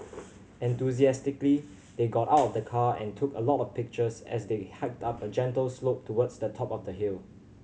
enthusiastically they got out of the car and took a lot of pictures as they hiked up a gentle slope towards the top of the hill